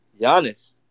Giannis